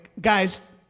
guys